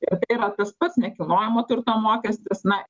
ir tai yra tas pats nekilnojamo turto mokestis na